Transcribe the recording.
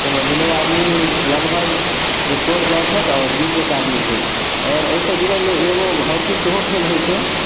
ताहिमे दुनू आदमी लगभग स्कोर जाइ छथि आ जीत एक आदमी के होइ छै आओर एहि सॅं जुड़ल एगो हॉकी सेहो खेल होइ छै